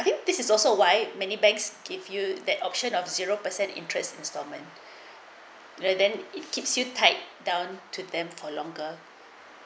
I think this is also why many banks give you that option of zero percent interest installment rather then it keeps you tied down to them for longer